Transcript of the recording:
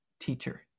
teacher